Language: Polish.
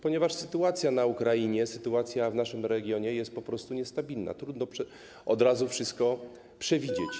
Ponieważ sytuacja na Ukrainie, sytuacja w naszym regionie jest po prostu niestabilna, trudno od razu wszystko przewidzieć.